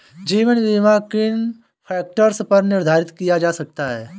जीवन बीमा किन फ़ैक्टर्स पर निर्धारित किया जा सकता है?